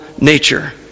nature